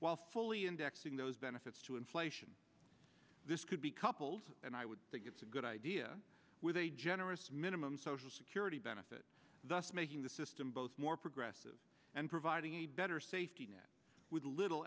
while fully indexing those benefits to inflation this could be coupled and i would think it's a good idea with a generous minimum social security benefit thus making the system both more progressive and providing a better safety net with little